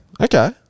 Okay